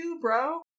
bro